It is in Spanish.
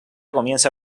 comienza